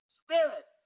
spirit